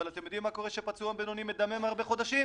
אבל אתם יודעים מה קורה כשפצוע בינוני מדמם הרבה חודשים?